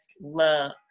love